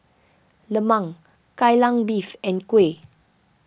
Lemang Kai Lan Beef and Kuih